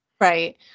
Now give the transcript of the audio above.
Right